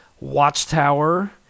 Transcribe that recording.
Watchtower